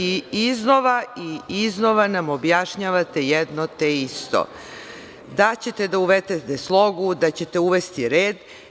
Iznova i iznova nam objašnjavate jedno te isto – da ćete da uvedete slogu, da ćete uvesti red.